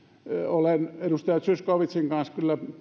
olen edustaja zyskowiczin kanssa kyllä